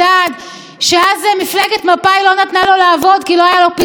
שאז מפלגת מפא"י לא נתנה לו לעבוד כי לא היה לו פנקס אדום.